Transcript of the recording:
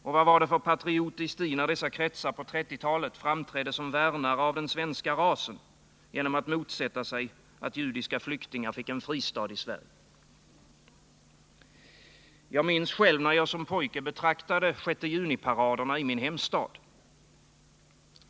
Och vad var det för patriotiskt i när dessa kretsar på 1930-talet framträdde som värnare av den svenska rasen genom att motsätta sig att judiska flyktingar fick en fristad i Sverige? Jag minns själv, när jag som pojke betraktade 6 juni-paraderna i min hemstad.